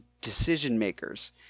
decision-makers